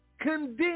condemn